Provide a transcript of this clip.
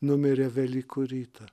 numirė velykų rytą